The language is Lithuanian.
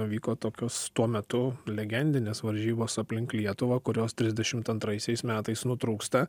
vyko tokios tuo metu legendinės varžybos aplink lietuvą kurios trisdešimt antraisiais metais nutrūksta